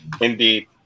Indeed